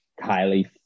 Kylie